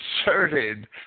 inserted